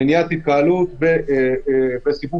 מניעת התקהלות וחבישת